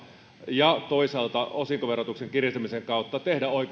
ja toisaalta osinkoverotuksen kiristämisen kautta tehdä